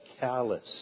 callous